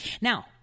Now